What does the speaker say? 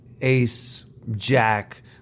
Ace-Jack